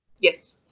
Yes